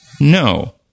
No